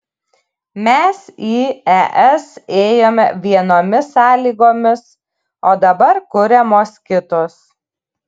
mes į es ėjome vienomis sąlygomis o dabar kuriamos kitos